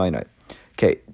okay